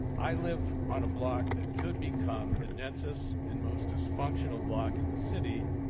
i live on a block that could become the densest and most dysfunctional block in the city,